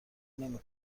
نمی